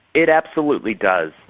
it absolutely does,